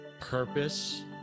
purpose